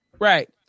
Right